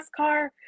NASCAR